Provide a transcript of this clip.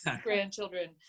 grandchildren